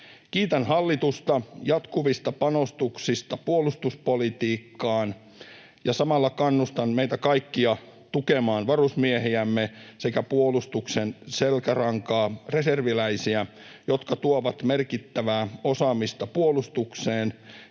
Kiitän hallitusta jatkuvista panostuksista puolustuspolitiikkaan ja samalla kannustan meitä kaikkia tukemaan varusmiehiämme sekä puolustuksen selkärankaa, reserviläisiä, jotka tuovat merkittävää osaamista puolustukseen